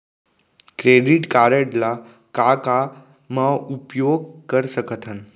Credit card ला का का मा उपयोग कर सकथन?